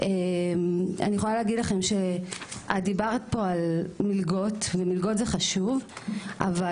אני יכולה להגיד לכם שדובר פה על מלגות ומלגות זה חשוב אבל,